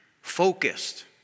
focused